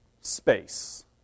space